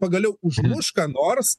pagaliau užmuš ką nors